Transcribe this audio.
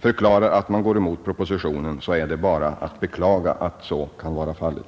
förklarar att man går emot propositionen, så är det bara att beklaga att så kan vara fallet.